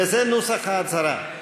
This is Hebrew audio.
וזה נוסח ההצהרה: